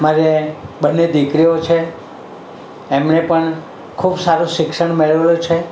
મારે બન્ને દીકરીઓ છે એમણે પણ ખૂબ સારું શિક્ષણ મેળવેલું છે